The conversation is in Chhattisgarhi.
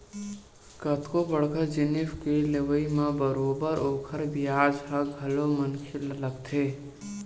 कतको बड़का जिनिस के लेवई म बरोबर ओखर बियाज ह घलो मनखे ल लगथे